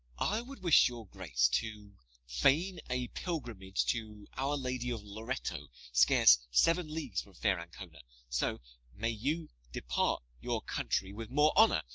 i would wish your grace to feign a pilgrimage to our lady of loretto, scarce seven leagues from fair ancona so may you depart your country with more honour,